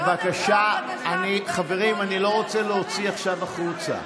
בבקשה, חברים, אני לא רוצה להוציא עכשיו החוצה.